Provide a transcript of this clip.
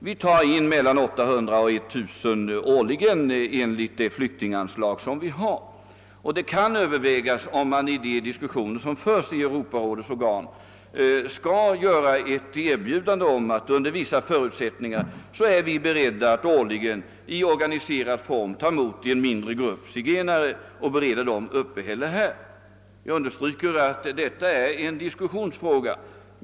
Vi tar emot mellan 800 och 1 000 personer årligen enligt det flyktinganslag vi har, och det kan övervägas om vi i de diskussioner, som förs i Europarådets organ, skall göra ett erbjudande om att vi under vissa förutsättningar är beredda att årligen i organiserad form ta emot zigenare i en mindre grupp och bereda dessa uppehälle här. Jag understryker att detta är en diskussionsfråga.